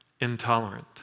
intolerant